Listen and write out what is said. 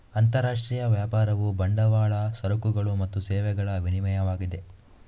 ಅಂತರರಾಷ್ಟ್ರೀಯ ವ್ಯಾಪಾರವು ಬಂಡವಾಳ, ಸರಕುಗಳು ಮತ್ತು ಸೇವೆಗಳ ವಿನಿಮಯವಾಗಿದೆ